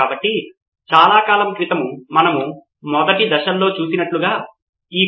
మీరు ఇప్పటివరకు విశ్లేషిస్తున్న వివిధ సమస్యలకు చాలా పరిష్కారాలను రూపొందించడానికి మీ శక్తిని అంకితం చేసి పరిష్కరించడం